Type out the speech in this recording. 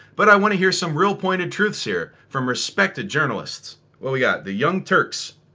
but i want to hear some real pointed truths here from respected journalists. what we got? the young turks.